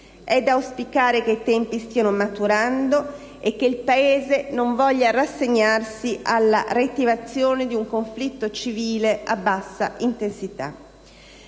È da auspicare che i tempi stiano maturando e che il Paese non voglia rassegnarsi alla reiterazione di un conflitto civile a bassa intensità.